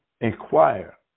inquire